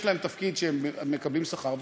יש להם תפקיד שעליו הם מקבלים שכר,